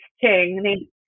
king